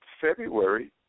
February